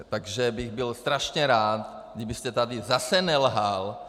Takže bych byl strašně rád, kdybyste tady zase nelhal.